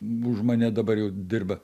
už mane dabar jau dirba